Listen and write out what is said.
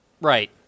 right